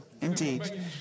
Indeed